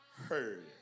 heard